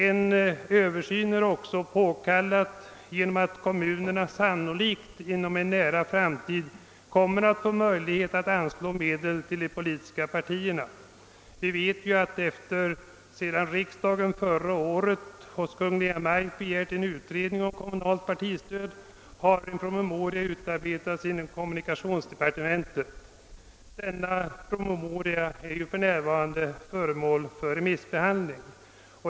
En översyn är också påkallad av att kommunerna sannolikt inom en nära framtid kommer att få möjlighet att anslå medel till de politiska partierna. Sedan riksdagen förra året hos Kungl. Maj:t begärt utredning om kommunalt partistöd har en promemoria utarbetats inom <:kommunikationsdepartementet. Denna är för närvarande föremål för remissbehandling.